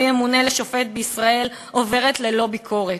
לא ימונה לשופט בישראל עוברת ללא ביקורת,